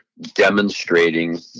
demonstrating